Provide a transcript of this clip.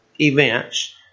Events